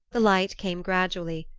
the light came gradually,